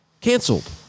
canceled